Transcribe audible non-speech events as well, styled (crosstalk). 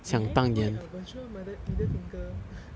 my may point a virtual middle middle finger (breath)